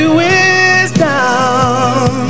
wisdom